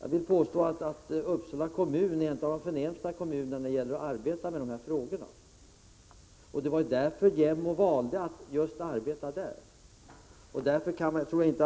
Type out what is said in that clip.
Jag vill påstå att Uppsala kommun är en av de förnämsta när det gäller att arbeta med dessa frågor. Det var också därför som JämO valde att bedriva projektet just där. Uppsalaprojektet är alltså inte